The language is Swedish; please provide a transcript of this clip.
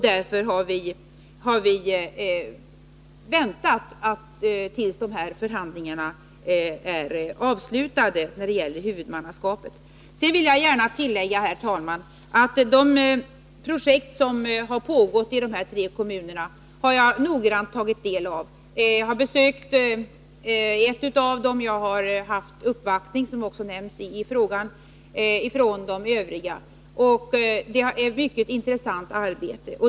Därför har vi avvaktat tills förhandlingarna om huvudmannaskapet var avslutade. Jag vill gärna tillägga, herr talman, att jag noggrant tagit del av de projekt som pågått i dessa tre kommuner. Jag har besökt ett av dem, och jag har — som också nämnts i frågan — haft uppvaktningar från de överiga. Det är ett mycket intressant arbete.